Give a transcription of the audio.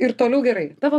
ir toliau gerai tavo